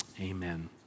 Amen